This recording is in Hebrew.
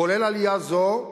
כולל עלייה זו,